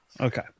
Okay